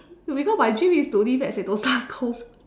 because my dream is to live at Sentosa cove